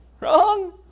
Wrong